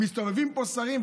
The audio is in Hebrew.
מסתובבים פה שרים,